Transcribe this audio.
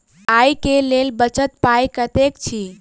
आइ केँ लेल बचल पाय कतेक अछि?